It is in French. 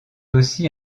aussi